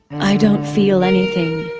i don't feel anything.